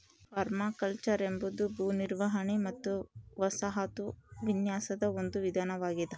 permaculture ಎಂಬುದು ಭೂ ನಿರ್ವಹಣೆ ಮತ್ತು ವಸಾಹತು ವಿನ್ಯಾಸದ ಒಂದು ವಿಧಾನವಾಗೆದ